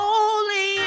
Holy